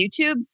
YouTube